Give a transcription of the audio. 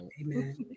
Amen